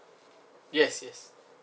yes yes